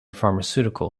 pharmaceutical